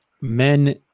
men